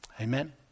Amen